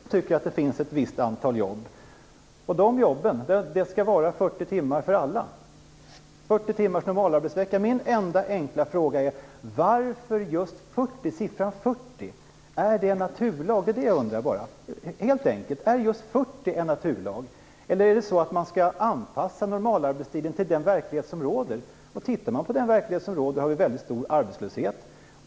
Fru talman! Det är Folkpartiet och Ola Ström som tycker att det finns ett visst antal jobb. I fråga om de jobben skall det vara 40 timmar för alla, 40 timmars normalarbetsvecka. Min enda, enkla fråga är: Varför just 40, siffran 40? Är det en naturlag? Det är bara det jag undrar. Är just 40 en naturlag, eller är de så att man skall anpassa normalarbetstiden till den verklighet som råder? Tittar man på den verklighet som råder, har vi väldigt stor arbetslöshet.